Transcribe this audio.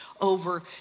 Over